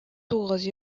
тугыз